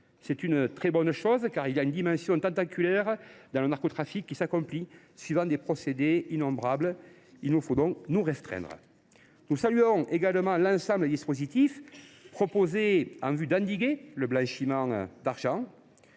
C’est une très bonne chose, car il y a une dimension tentaculaire dans le narcotrafic, qui s’accomplit suivant des procédés innombrables. Il ne faut pas nous restreindre ! Nous saluons également l’ensemble des dispositifs proposés en vue d’endiguer le blanchiment d’argent.